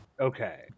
okay